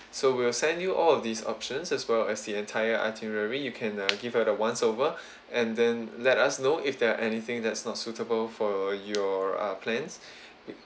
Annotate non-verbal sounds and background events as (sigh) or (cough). so we'll send you all of these options as well as the entire itinerary you can uh give it uh once over (breath) and then let us know if there are anything that's not suitable for your uh plans (breath)